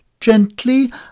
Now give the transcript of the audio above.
gently